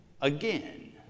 again